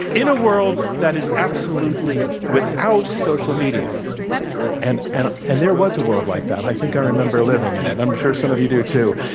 in a world that is absolutely without social media and and and there was a world like that. i think i remember living in it. and i'm sure some of you do, too.